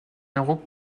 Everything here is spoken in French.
héros